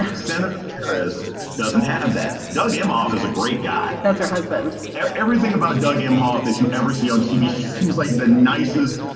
senator harris doesn't have that. doug imhoff is a great guy. that's her husband. everything about doug imhoff that you ever see on tv, he seems like the nicest,